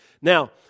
Now